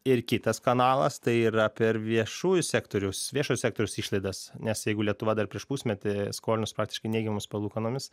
ir kitas kanalas tai yra per viešųjų sektorius viešojo sektoriaus išlaidas nes jeigu lietuva dar prieš pusmetį skolinosi praktiškai neigiamomis palūkanomis